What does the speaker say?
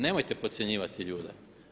Nemojte podcjenjivati ljude.